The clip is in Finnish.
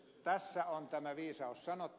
tässä on tämä viisaus sanottu